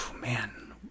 man